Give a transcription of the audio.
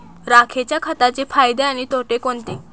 राखेच्या खताचे फायदे आणि तोटे कोणते?